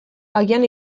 agian